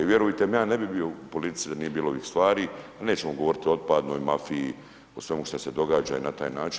I vjerujte mi ja ne bi bio u politici da nije bilo ovih stvari, a nećemo govori o otpadnoj mafiji, o svemu što se događa i na taj način.